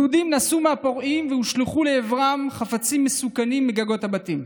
יהודים נסו מהפורעים והושלכו לעברם חפצים מסוכנים מגגות הבתים.